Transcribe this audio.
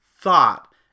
thought